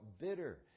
bitter